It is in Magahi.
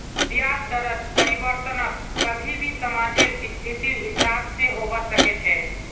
ब्याज दरत परिवर्तन कभी भी समाजेर स्थितिर हिसाब से होबा सके छे